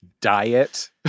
diet